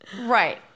Right